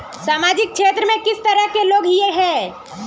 सामाजिक क्षेत्र में किस तरह के लोग हिये है?